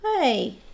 Hey